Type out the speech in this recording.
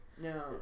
No